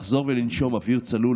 לחזור ולנשום אוויר צלול,